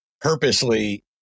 purposely